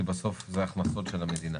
כי בסוף זה הכנסות של המדינה.